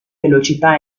velocità